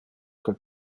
que